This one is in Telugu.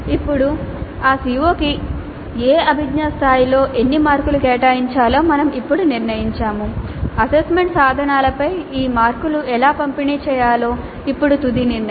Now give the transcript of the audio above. ఇప్పుడు ఆ CO కి ఏ అభిజ్ఞా స్థాయిలో ఎన్ని మార్కులు కేటాయించాలో మేము ఇప్పటికే నిర్ణయించాము అసెస్మెంట్ సాధనాలపై ఈ మార్కులు ఎలా పంపిణీ చేయాలో ఇప్పుడు తుది నిర్ణయం